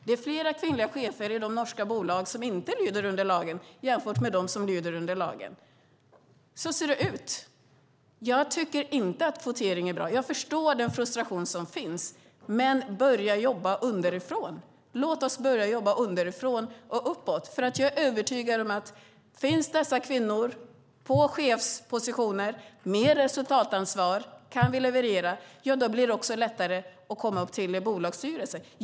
Det finns fler kvinnliga chefer i de norska bolag som inte lyder under lagen jämfört med i de bolag som lyder under lagen. Så ser det ut. Jag tycker inte att kvotering är bra. Jag förstår den frustration som finns, men börja jobba underifrån. Låt oss börja jobba underifrån och uppåt. Jag är övertygad om att om dessa kvinnor finns i chefspositioner med resultatansvar kan vi leverera, och då blir det lättare för kvinnor att komma upp till bolagsstyrelser.